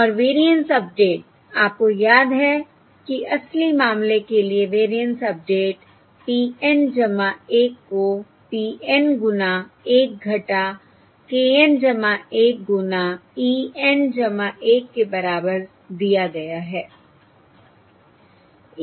और variance update आपको याद है कि असली मामले के लिए वेरिएंस अपडेट P 1 को P गुना 1 k N 1 गुना e N 1 के बराबर दिया गया है